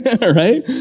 right